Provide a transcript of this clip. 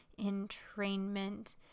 entrainment